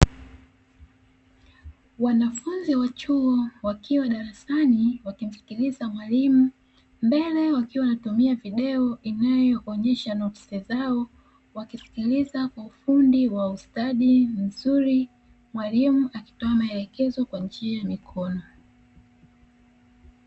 Wanafunzi wa chuo wakiwa darasani wakimsikiliza mwalimu mbele wakiwa wanatumia video inayoonyesha notisi zao wakisikiliza kwa ufundi wa ustadi mzuri, mwalimu akitoa maelekezo kwa njia ya mikono.